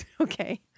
Okay